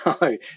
no